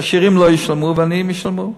שהעשירים לא ישלמו והעניים ישלמו.